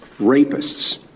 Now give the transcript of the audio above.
rapists